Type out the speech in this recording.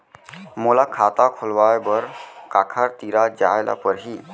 मोला खाता खोलवाय बर काखर तिरा जाय ल परही?